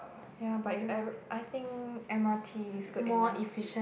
ya but I think M_R_T is good enough